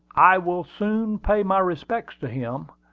i will soon pay my respects to him.